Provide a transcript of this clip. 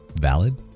valid